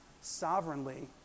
sovereignly